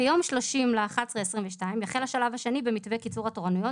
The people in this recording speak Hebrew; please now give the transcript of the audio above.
"ביום 30.11.2022 יחל השלב השני במתווה קיצור התורנויות